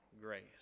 grace